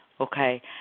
Okay